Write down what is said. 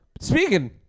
speaking